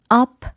up